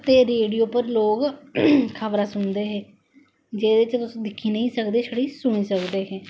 ते रैडियो उप्पर लोक खब़रां सुनदे है जेहदे च तुस न दिक्खी नेईं सकदे छड़ा सुनी सकदे हैे